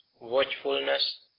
watchfulness